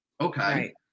Okay